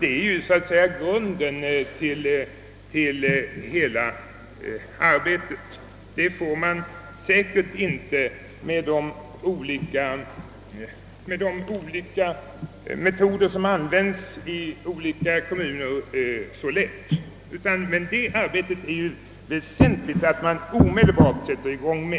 Detta är så att säga grunden för hela arbetet. Detta register får man säkert inte till stånd så lätt med de olika metoder som användes i de skilda kommunerna. Det är emellertid väsentligt att man omedelbart sätter i gång härmed.